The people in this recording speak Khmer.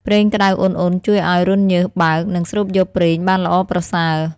ប្រេងក្តៅឧណ្ហៗជួយឲ្យរន្ធញើសបើក និងស្រូបយកប្រេងបានល្អប្រសើរ។